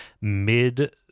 mid